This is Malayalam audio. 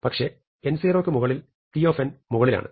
പക്ഷെ n0 ക്കു മുകളിൽ t മുകളിലാണ്